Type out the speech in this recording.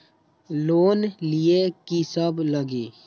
Loan लिए की सब लगी?